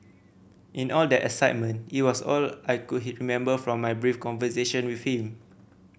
in all that excitement it was all I could remember from my brief conversation with him